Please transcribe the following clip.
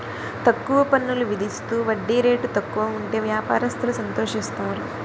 తక్కువ పన్నులు విధిస్తూ వడ్డీ రేటు తక్కువ ఉంటే వ్యాపారస్తులు సంతోషిస్తారు